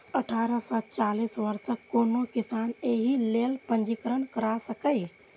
अठारह सं चालीस वर्षक कोनो किसान एहि लेल पंजीकरण करा सकैए